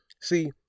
See